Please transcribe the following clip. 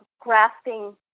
grasping